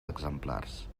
exemplars